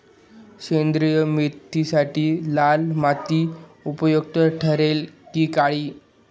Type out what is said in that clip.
सेंद्रिय मेथीसाठी लाल माती उपयुक्त ठरेल कि काळी?